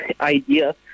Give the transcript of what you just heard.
idea